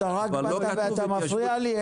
רגע, אוסאמה, אתה רק באת ואתה מפריע לי.